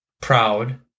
proud